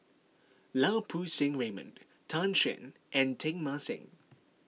Lau Poo Seng Raymond Tan Shen and Teng Mah Seng